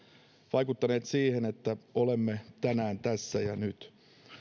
vaikuttaneet siihen että olemme täällä tänään tässä ja nyt